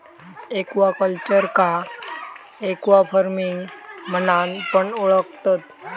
एक्वाकल्चरका एक्वाफार्मिंग म्हणान पण ओळखतत